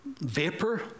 vapor